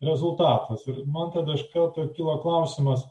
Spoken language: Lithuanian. rezultatas ir man tada iš karto kyla klausimas